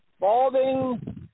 Balding